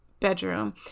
bedroom